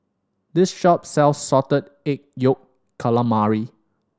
this shop sells Salted Egg Yolk Calamari